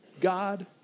God